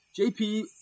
JP